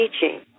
teaching